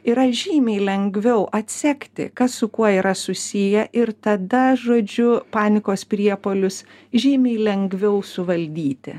yra žymiai lengviau atsekti kas su kuo yra susiję ir tada žodžiu panikos priepuolius žymiai lengviau suvaldyti